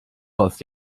was